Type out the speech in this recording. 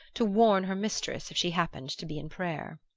to warn her mistress if she happened to be in prayer.